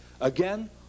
Again